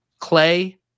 Clay